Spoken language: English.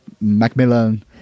Macmillan